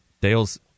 Dale's